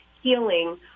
healing